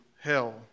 hell